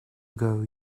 ago